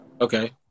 Okay